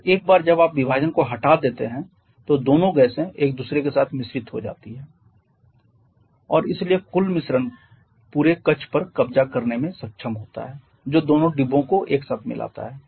और एक बार जब आप विभाजन को हटा देते हैं तो दोनों गैसें एक दूसरे के साथ मिश्रित हो जाती हैं और इसलिए कुल मिश्रण पूरे कक्ष पर कब्जा करने में सक्षम होता है जो दोनों डिब्बों को एक साथ मिलाता है